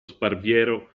sparviero